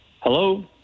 Hello